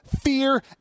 fear